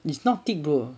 it's not the go